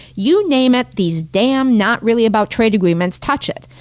you name it, these damn not really about trade agreements touch it.